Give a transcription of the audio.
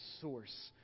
source